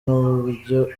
n’uburyo